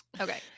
okay